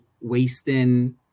wasting